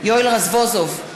יואל רזבוזוב,